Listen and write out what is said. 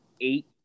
eight